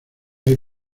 hay